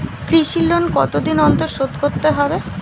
কৃষি লোন কতদিন অন্তর শোধ করতে হবে?